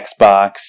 xbox